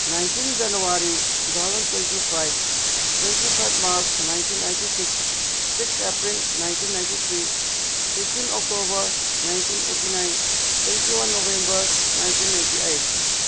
nineteen January two thousand twenty five twenty five March nineteen eighty six six April nineteen ninety three fifteen October nineteen eighty nine twenty one November nineteen ninety eight